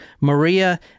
Maria